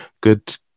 good